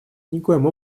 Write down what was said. никоим